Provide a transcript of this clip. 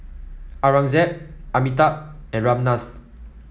Aurangzeb Amitabh and Ramnath